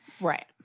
right